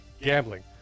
gambling